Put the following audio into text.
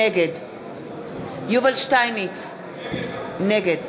נגד יובל שטייניץ, נגד